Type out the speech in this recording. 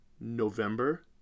November